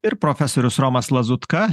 ir profesorius romas lazutka